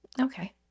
Okay